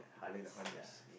honeys ya